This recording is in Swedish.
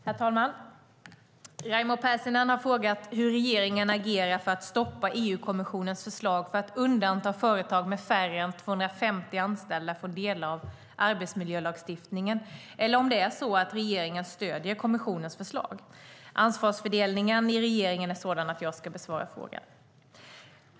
Herr talman! Raimo Pärssinen har frågat hur regeringen agerar för att stoppa EU-kommissionens förslag om att undanta företag med färre än 250 anställda från delar av arbetsmiljölagstiftningen eller om det är så att regeringen stöder kommissionens förslag. Ansvarsfördelningen i regeringen är sådan att jag ska besvara frågan.